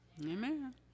Amen